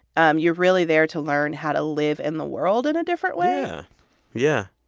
um you're really there to learn how to live in the world in a different way yeah, yeah.